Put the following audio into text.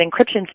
encryption